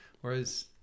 whereas